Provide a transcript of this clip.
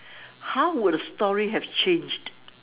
how would the story have changed